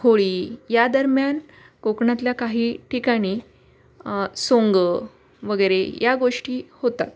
होळी या दरम्यान कोकणातल्या काही ठिकाणी सोंगं वगैरे या गोष्टी होतात